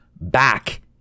back